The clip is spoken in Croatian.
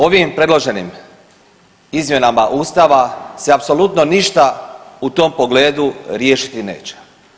Ovim predloženim izmjenama ustava se apsolutno ništa u tom pogledu riješiti neće.